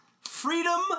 Freedom